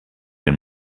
den